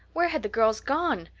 where had the girls gone?